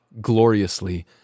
gloriously